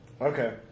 Okay